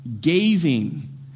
gazing